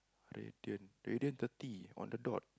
radiant radiant thirty on the dot